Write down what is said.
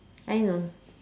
I know